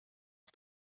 off